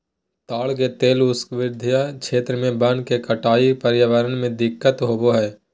ताड़ के तेल उष्णकटिबंधीय क्षेत्र में वन के कटाई से पर्यावरण में दिक्कत होबा हइ